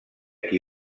qui